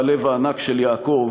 בלב הענק של יעקב,